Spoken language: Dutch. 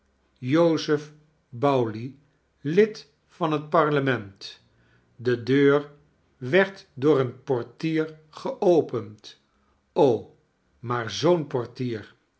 joseph bowley lid van het parlement de deur werd door een portier geopend o maar zoo'n portier